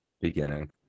Beginning